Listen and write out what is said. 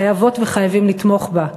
חייבות וחייבים לתמוך בה.